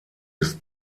des